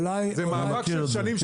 אני מכיר את זה.